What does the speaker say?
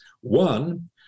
One